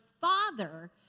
father